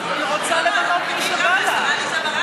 היא רוצה למנות את מי שבא לה.